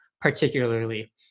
particularly